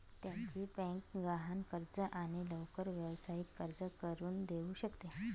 त्याची बँक गहाण कर्ज आणि लवकर व्यावसायिक कर्ज करून देऊ शकते